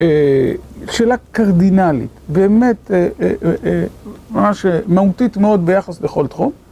שאלה קרדינלית, באמת, ממש מהותית מאוד ביחס לכל תחום.